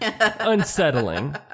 unsettling